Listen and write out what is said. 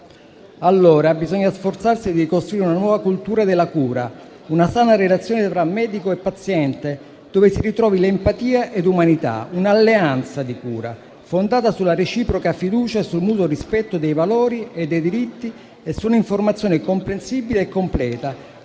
bisogna sforzarsi allora di costruire una nuova cultura della cura e una sana relazione tra medico e paziente, in cui si ritrovino empatia e umanità, in un'alleanza di cura fondata sulla reciproca fiducia, sul mutuo rispetto dei valori e dei diritti e su un'informazione comprensibile e completa,